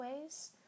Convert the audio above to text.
ways